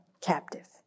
captive